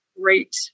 great